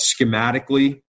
schematically